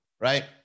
Right